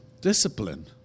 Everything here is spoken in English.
discipline